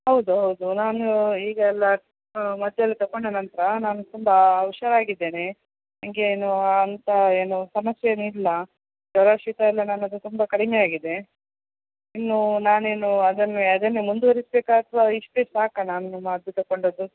ಹೌದು ಹೌದು ನಾನು ಈಗ ಎಲ್ಲ ಮದ್ದೆಲ್ಲ ತಕೊಂಡ ನಂತರ ನಾನು ತುಂಬ ಹುಷಾರಾಗಿದ್ದೇನೆ ನನಗೇನೂ ಅಂಥ ಏನೂ ಸಮಸ್ಯೆ ಏನಿಲ್ಲ ಜ್ವರ ಶೀತ ಎಲ್ಲ ನನ್ನದು ತುಂಬ ಕಡಿಮೆ ಆಗಿದೆ ಇನ್ನು ನಾನೇನು ಅದನ್ನೇ ಅದನ್ನೇ ಮುಂದುವರಿಸಬೇಕಾ ಅಥವಾ ಇಷ್ಟೇ ಸಾಕಾ ನಾನು ಮದ್ದು ತಗೊಂಡದ್ದು